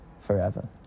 Forever